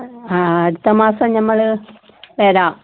ആ അടുത്ത മാസം ഞങ്ങള് വരാം